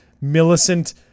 Millicent